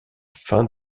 fin